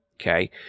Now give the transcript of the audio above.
Okay